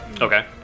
Okay